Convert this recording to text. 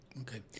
Okay